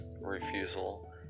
refusal